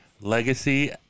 Legacy